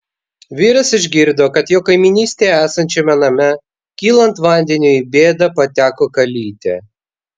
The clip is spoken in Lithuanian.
vyras išgirdo kad jo kaimynystėje esančiame name kylant vandeniui į bėdą pateko kalytė